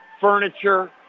furniture